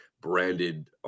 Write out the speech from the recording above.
branded